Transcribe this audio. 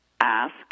ask